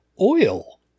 oil